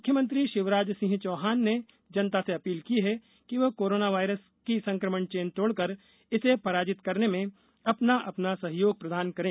मुख्यमंत्री शिवराज सिंह चौहान ने जनता से अपील की है कि वे कोरोना वायरस के संक्रमण चेन तोड़कर इसे पराजित करने में अपना अपना सहयोग प्रदान करें